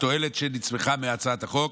התועלת שצמחה מהצעת החוק,